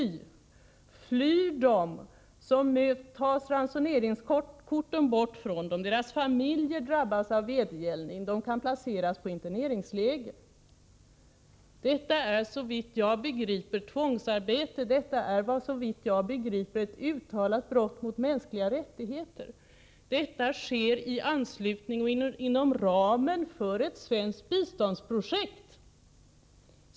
Och flyr de, så tas ransoneringskorten ifrån dem, deras familjer drabbas av vedergällning, de kan placeras i interneringsläger. Detta är såvitt jag begriper tvångsarbete, detta är såvitt jag begriper ett uttalat brott mot mänskliga rättigheter. Det sker i anslutning till och inom ramen för ett svenskt biståndsprojekt.